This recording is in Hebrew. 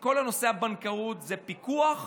שכל נושא הבנקאות הוא בפיקוח.